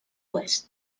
oest